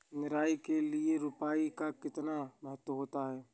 निराई के लिए खुरपी का कितना महत्व होता है?